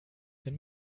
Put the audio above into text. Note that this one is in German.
wenn